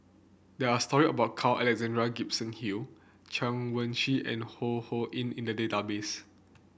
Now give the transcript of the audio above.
there are story about Carl Alexander Gibson Hill Chen Wen Hsi and Ho Ho Ying in the database